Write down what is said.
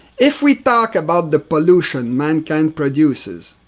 if we talk about the pollution mankind produces,